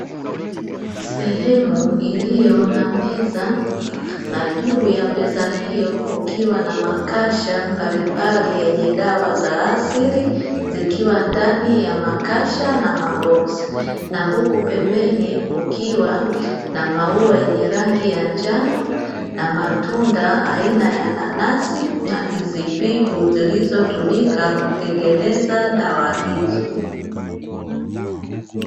Sehemu iliyo na meza na juu ya meza hiyo kukiwa na makasha mbalimbali yenye dawa za asili, zikiwa ndani ya makasha na maboksi na huku pembeni kukiwa na maua yenye rangi ya njano na matunda aina ya nanasi na ndizi mbivu zilizotumika kutengeneza dawa hizo.